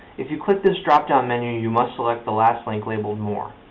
if you click this drop down menu, you must select the last link labeled more.